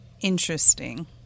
Interesting